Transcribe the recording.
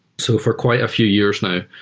so for quite a few years now,